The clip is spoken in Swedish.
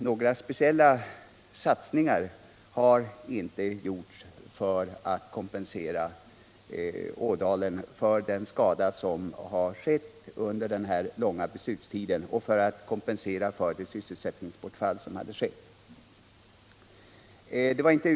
Några speciella satsningar haralltså inte gjorts för att kompensera Vindelådalen för den skada som skedde under den långa beslutstiden och för sysselsättningsbortfallet.